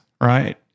right